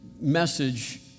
message